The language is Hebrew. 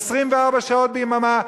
24 שעות ביממה,